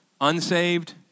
unsaved